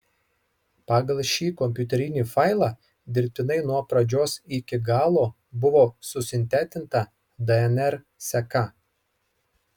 pagal šį kompiuterinį failą dirbtinai nuo pradžios iki galo buvo susintetinta dnr seka